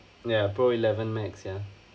ya pro eleven max ya